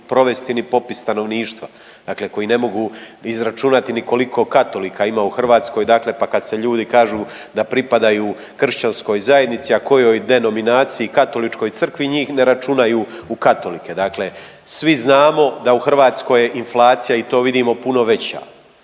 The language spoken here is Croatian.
provesti ni popis stanovništva, dakle koji ne mogu izračunati ni koliko katolika ima u Hrvatskoj. Dakle, pa kad ljudi kažu da pripadaju kršćanskoj zajednici, a kojoj denominaciji katoličkoj crkvi njih ne računaju u katolike. Dakle, svi znamo da u Hrvatskoj je inflacija i to vidimo puno veća